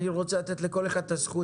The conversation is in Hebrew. אני רוצה לתת לכל אחד את הזכות